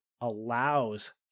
allows